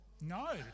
No